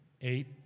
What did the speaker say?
Eight